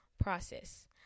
process